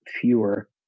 fewer